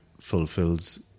fulfills